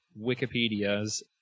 Wikipedia's